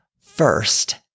first